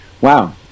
Wow